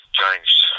changed